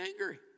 angry